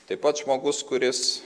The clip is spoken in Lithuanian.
taip pat žmogus kuris